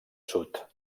sud